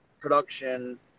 production